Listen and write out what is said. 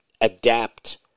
adapt